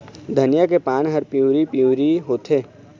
धनिया के पान हर पिवरी पीवरी होवथे?